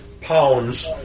pounds